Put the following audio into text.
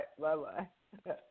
Bye-bye